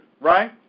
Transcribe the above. Right